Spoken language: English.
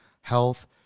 health